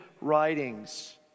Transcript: writings